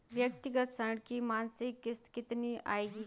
व्यक्तिगत ऋण की मासिक किश्त कितनी आएगी?